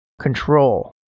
Control